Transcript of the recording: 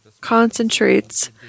concentrates